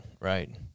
right